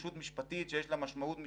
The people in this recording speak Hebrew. ישות משפטית שיש לה משמעות משלה,